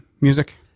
music